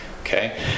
Okay